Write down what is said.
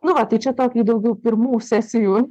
nu va tai čia tokį daugiau pirmų sesijų